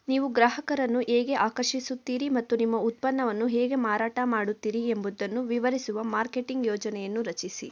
ನೀವು ಗ್ರಾಹಕರನ್ನು ಹೇಗೆ ಆಕರ್ಷಿಸುತ್ತೀರಿ ಮತ್ತು ನಿಮ್ಮ ಉತ್ಪನ್ನವನ್ನು ಹೇಗೆ ಮಾರಾಟ ಮಾಡುತ್ತೀರಿ ಎಂಬುದನ್ನು ವಿವರಿಸುವ ಮಾರ್ಕೆಟಿಂಗ್ ಯೋಜನೆಯನ್ನು ರಚಿಸಿ